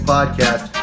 Podcast